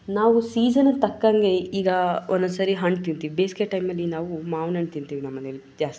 ನಾವು ಸೀಸನ್ನಿಗೆ ತಕ್ಕಂಗೆ ಈಗ ಒನ್ನೊಂದುಸರಿ ಹಣ್ಣು ತಿಂತೀವಿ ಬೇಸಿಗೆ ಟೈಮಲ್ಲಿ ನಾವು ಮಾವಿನಣ್ಣು ತಿಂತೀವಿ ನಮ್ಮ ಮನೇಲ್ ಜಾಸ್ತಿ